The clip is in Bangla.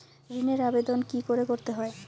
ঋণের আবেদন কি করে করতে হয়?